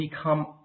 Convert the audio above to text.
become